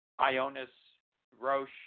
IONIS-Roche